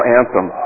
anthem